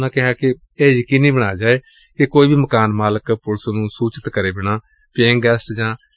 ਉਨਾਂ ਕਿਹਾ ਕਿ ਇਹ ਯਕੀਨੀ ਬਣਾਇਆ ਜਾਏ ਕਿ ਕੋਈ ਵੀ ਮਕਾਨ ਮਾਲਕ ਪੁਲਿਸ ਨੂੰ ਸੂਚਿਤ ਕਰੇ ਬਿਨਾਂ ਪੇਇੰਗ ਗੈਸਟ ਜਾਂ ਕਿਰਾਏਦਾਰ ਨਾ ਰੱਖੇ